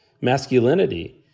Masculinity